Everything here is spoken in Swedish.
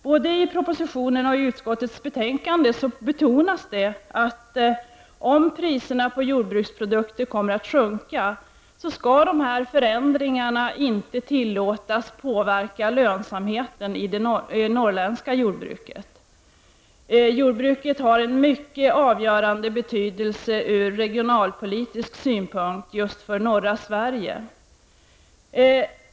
Både i propositionen och i utskottets betänkande betonas det att om priserna på jordbruksprodukter kommer att sjunka, skall förändringarna inte tillåtas påverka lönsamheten i det norrländska jordbruket. Jordbruket har en avgörande betydelse ur regionalpolitisk synpunkt just för norra Sverige.